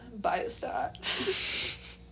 biostat